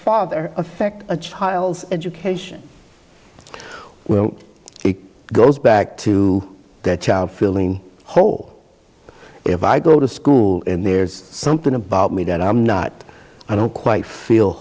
father affect a child's education well it goes back to that child feeling whole if i go to school and there's something about me that i'm not i don't quite feel